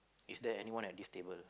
is there anyone at this table